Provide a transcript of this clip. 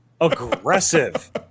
Aggressive